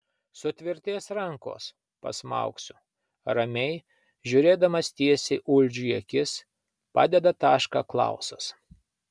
sutvirtės rankos pasmaugsiu ramiai žiūrėdamas tiesiai uldžiui į akis padeda tašką klausas